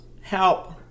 Help